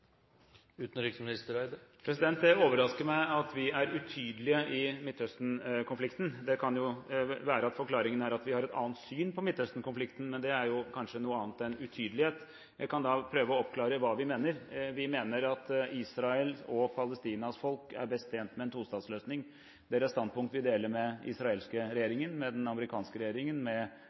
overrasker meg at vi er utydelige i Midtøsten-konflikten. Det kan jo være at forklaringen er at vi har et annet syn på Midtøsten-konflikten, men det er kanskje noe annet enn utydelighet. Jeg kan prøve å oppklare hva vi mener. Vi mener at Israel og Palestinas folk er best tjent med en tostatsløsning. Det er et standpunkt vi deler med den israelske regjeringen, den amerikanske regjeringen, med